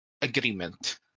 agreement